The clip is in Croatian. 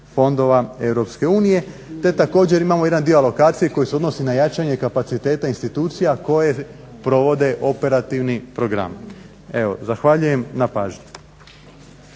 unije te također imamo jedan dio alokacije koji se odnosi na jačanje kapaciteta institucija koje provode operativni program. Zahvaljujem na pažnji.